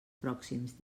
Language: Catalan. pròxims